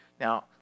Now